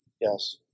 Yes